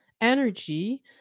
energy